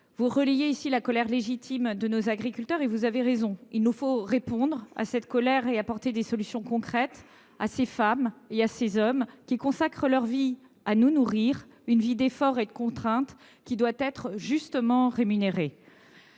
Vous relayez ici la colère légitime de nos agriculteurs, et vous avez raison ! Il nous faut répondre à cette colère et apporter des solutions concrètes à ces femmes et à ces hommes qui consacrent leur vie à nous nourrir, une vie d’efforts et de contraintes, qui doit être justement rémunérée.